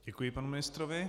Děkuji panu ministrovi.